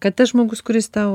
kad tas žmogus kuris tau